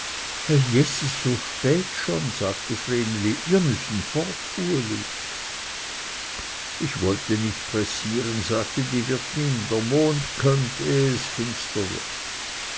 herr yses so spät schon sagte vreneli wir müssen fort uli ich wollte nicht pressieren sagte die wirtin der mond kömmt ehe es finster wird